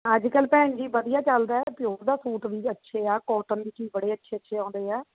ਅੱਜ ਕੱਲ੍ਹ ਭੈਣ ਜੀ ਵਧੀਆ ਚੱਲਦਾ ਪਿਓਰ ਦਾ ਸੂਟ ਵੀ ਅੱਛੇ ਆ ਕੋਟਨ ਵਿੱਚ ਵੀ ਬੜੇ ਅੱਛੇ ਅੱਛੇ ਆਉਂਦੇ ਹੈ